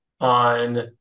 on